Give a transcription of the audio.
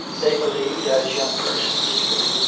they believed, as young persons do,